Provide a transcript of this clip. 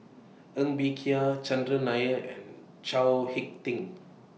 Ng Bee Kia Chandran Nair and Chao Hick Tin